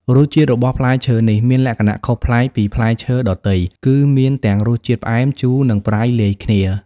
រសជាតិរបស់ផ្លែឈើនេះមានលក្ខណៈខុសប្លែកពីផ្លែឈើដទៃ គឺមានទាំងរសជាតិផ្អែម ជូរ និងប្រៃលាយគ្នា